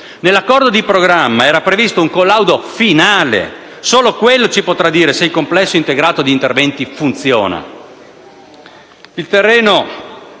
Nell'accordo di programma era previsto un collaudo finale; solo quello potrà dirci se il complesso integrato di interventi funziona.